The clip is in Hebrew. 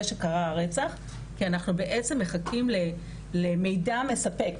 שקרה הרצח כי אנחנו בעצם מחכים למידע מספק,